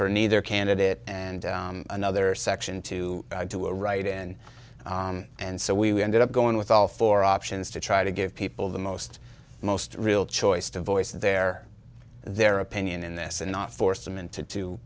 for neither candidate and another section to do a write in and so we ended up going with all four options to try to give people the most most real choice to voice their their opinion in this and not force them into two